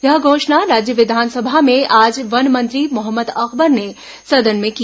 यह घोषणा राज्य विधानसभा में आज वन मंत्री मोहम्मद अकबर ने सदन में की